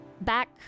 Back